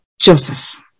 Joseph